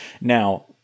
now